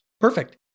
Perfect